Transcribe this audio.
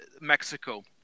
Mexico